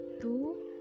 two